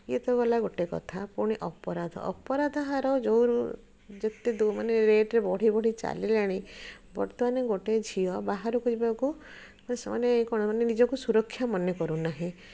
ଇଏ ତ ଗଲା ଗୋଟେ କଥା ପୁଣି ଅପରାଧ ଅପରାଧ ହାର ଯେଉଁରୁ ଯେତେ ମାନେ ରେଟରେ ବଢ଼ି ବଢ଼ି ଚାଲିଲାଣି ବର୍ତ୍ତମାନ ଗୋଟେ ଝିଅ ବାହାରକୁ ଯିବାକୁ ସେମାନେ ମାନେ କ'ଣ ନିଜକୁ ସୁରକ୍ଷା ମନେ କରୁନାହିଁ